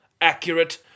accurate